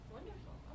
Wonderful